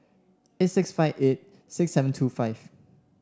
eight six five eight six seven two five